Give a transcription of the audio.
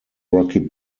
rocky